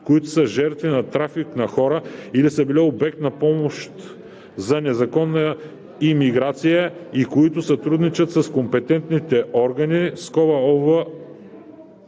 които са жертви на трафик на хора или са били обект на помощ за незаконна имиграция и които сътрудничат с компетентните органи (OB, L